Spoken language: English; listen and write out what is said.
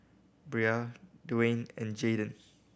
Brea Dwain and Jayden